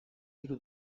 hiru